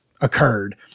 occurred